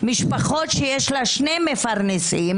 משפחות שיש להן שני מפרנסים,